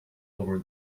over